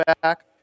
back